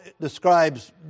describes